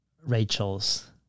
Rachel's